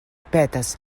petas